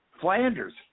Flanders